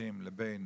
הנכים לבין